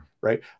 Right